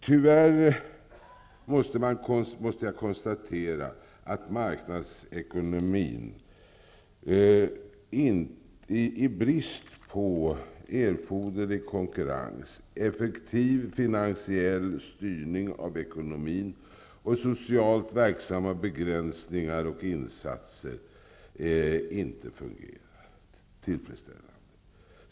Tyvärr måste jag konstatera att marknadsekonomin i brist på erforderlig konkurrens, effektiv finansiell styrning av ekonomin och socialt verksamma begränsningar och insatser inte fungerar tillfredsställande.